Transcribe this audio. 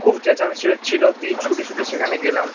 খুব চেঁচামেচি হচ্ছিলো দিয়ে ছুটে ছুটে সেখানে গেলাম